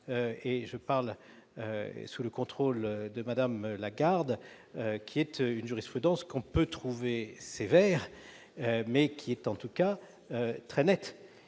je parle sous le contrôle de Mme la garde des sceaux -, une jurisprudence que l'on peut juger sévère, mais qui est en tout cas très nette.